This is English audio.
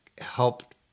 helped